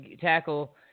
tackle